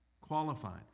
Qualifying